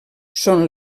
són